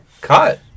Cut